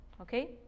Okay